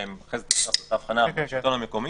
אחרי זה נעשה את ההבחנה בין השלטון המקומי.